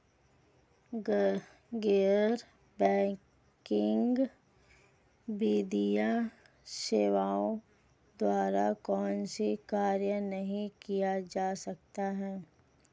गैर बैंकिंग वित्तीय सेवाओं द्वारा कौनसे कार्य नहीं किए जा सकते हैं?